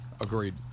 Agreed